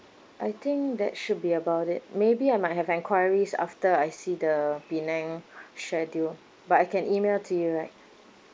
I think that should be about it maybe I might have enquiries after I see the penang schedule but I can email to you right